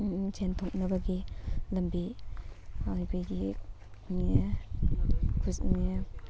ꯁꯦꯟ ꯊꯣꯛꯅꯕꯒꯤ ꯂꯝꯕꯤ ꯑꯩꯈꯣꯏꯒꯤ